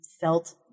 felt